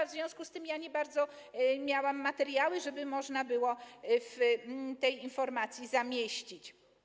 W związku z tym nie bardzo miałam materiały, żeby można było to w tej informacji zamieścić.